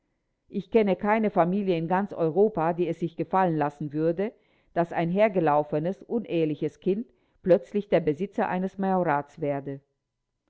ich kenne keine familie in ganz europa die es sich gefallen lassen würde daß ein hergelaufenes uneheliches kind plötzlich der besitzer eines majorats werde